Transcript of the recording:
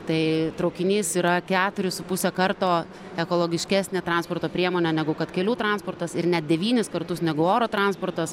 tai traukinys yra keturis su puse karto ekologiškesnė transporto priemonė negu kad kelių transportas ir net devynis kartus negu oro transportas